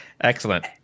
Excellent